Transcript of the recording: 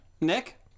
Nick